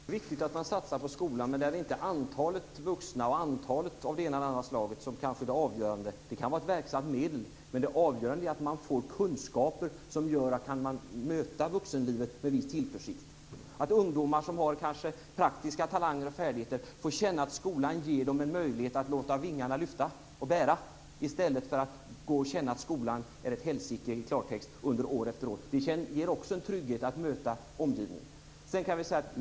Fru talman! Det är viktigt att man satsar på skolan. Men det är inte antalet vuxna, antalet av det ena eller andra, som kanske är det avgörande. Det kan vara ett verksamt medel. Men det avgörande är att man får kunskaper som gör att man kan möta vuxenlivet med viss tillförsikt. Det avgörande är att ungdomar som kanske har praktiska talanger och färdigheter får känna att skolan ger dem en möjlighet att låta vingarna lyfta och bära i stället för att känna år efter år att skolan är ett helsike i klartext. Det ger också en trygghet att möta omgivningen.